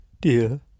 Dear